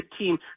team